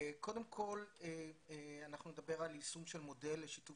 קודם כל אנחנו נדבר על יישום של מודל לשיתוף